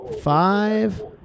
Five